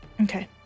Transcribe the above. Okay